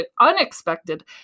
unexpected